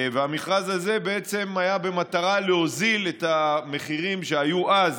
והמכרז הזה היה במטרה להוריד את המחירים שהיו אז